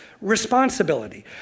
responsibility